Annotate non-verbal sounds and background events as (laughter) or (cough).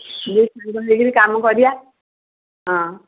(unintelligible) ହେଇକିରି କାମ କରିବା ହଁ